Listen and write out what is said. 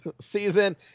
season